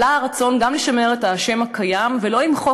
עלה הרצון גם לשמר את השם הקיים ולא למחוק